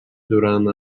durant